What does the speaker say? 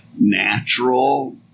natural